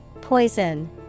Poison